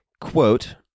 quote